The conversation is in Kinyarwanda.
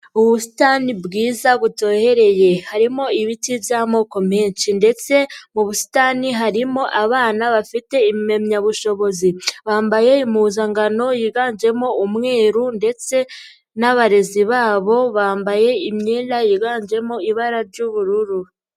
Ubusitani bwiza butohereye. Harimo ibiti by'amoko menshi ndetse mu busitani harimo abana bafite impamyabushobozi. Bambaye impuzangano yiganjemo umweru ndetse n'abarezi babo bambaye imyenda yiganjemo ibara ry'ubururu.